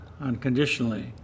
unconditionally